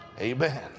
amen